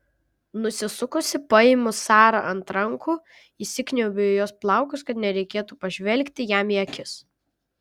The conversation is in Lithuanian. nusisukusi paimu sarą ant rankų įsikniaubiu į jos plaukus kad nereikėtų pažvelgti jam į akis